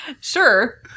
Sure